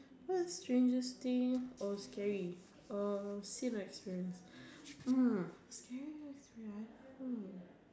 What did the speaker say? what strangest thing or scary um seen or experience mm scary experience hmm